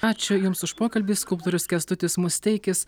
ačiū jums už pokalbį skulptorius kęstutis musteikis